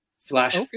Flash